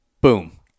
boom